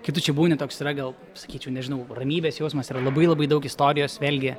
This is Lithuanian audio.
kai tu čia būni toks yra gal sakyčiau nežinau ramybės jausmas yra labai labai daug istorijos vėlgi